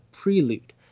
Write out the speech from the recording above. prelude